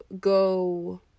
go